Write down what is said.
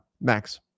Max